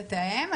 לתאם.